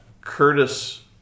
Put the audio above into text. Curtis